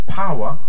power